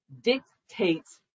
dictates